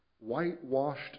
whitewashed